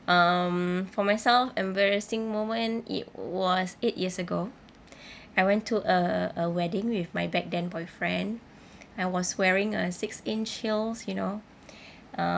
um for myself embarrassing moment it was eight years ago I went to uh a wedding with my back then boyfriend I was wearing a six inch heels you know um